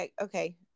okay